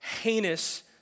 heinous